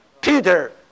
Peter